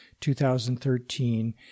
2013